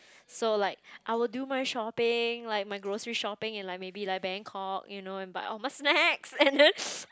so like I will do my shopping like my grocery shopping in like maybe like Bangkok you know and buy all my snacks and then